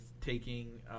taking